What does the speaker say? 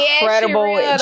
incredible